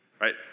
right